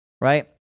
right